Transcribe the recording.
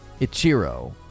Ichiro